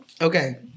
Okay